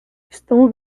estão